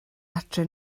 adre